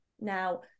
Now